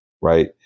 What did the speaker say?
right